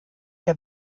der